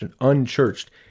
unchurched